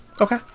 Okay